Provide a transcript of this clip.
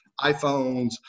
iPhones